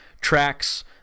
tracks